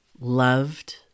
loved